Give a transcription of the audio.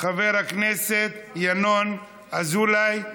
חבר הכנסת יָנון אזולאי.